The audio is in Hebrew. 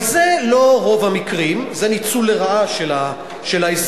אבל זה לא רוב המקרים, זה ניצול לרעה של ההסדר.